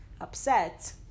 upset